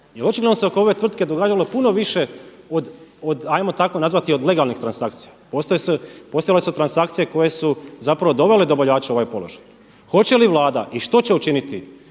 očigledno se oko ove tvrtke događalo puno više od hajmo tako nazvati od legalnih transakcija. Postojale su transakcije koje su zapravo dovele dobavljače u ovaj položaj. Hoće li Vlada i što će učiniti